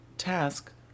task